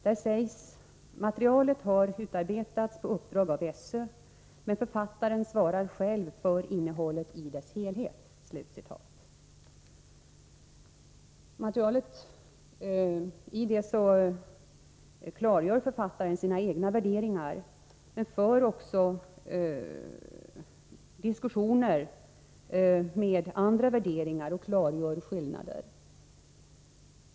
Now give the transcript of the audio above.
Där sägs: ”Materialet har utarbetats på uppdrag av SÖ, men författaren svarar själv för innehållet i dess helhet.” I materialet klargör författaren sina egna värderingar, men för också diskussioner där han klargör skillnader till andra värderingar.